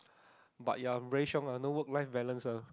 but ya very shiong ah no work life balance lah